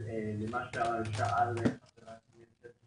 לגבי מה ששאל חבר הכנסת